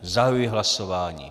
Zahajuji hlasování.